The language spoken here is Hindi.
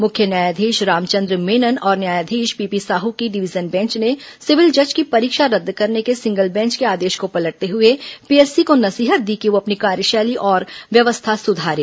मुख्य न्यायाधीश रामचंद्र मेनन और न्यायाधीश पीपी साहू की डिवीजन बेंच ने सिविल जज की परीक्षा रद्द करने के सिंगल बेंच के आदेश को पलटते हुए पीएससी को नसीहत दी कि वह अपनी कार्यशैली और व्यवस्था सुधारे